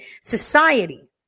society